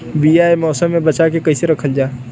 बीया ए मौसम में बचा के कइसे रखल जा?